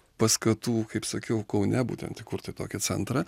paskatų kaip sakiau kaune būtent įkurti tokį centrą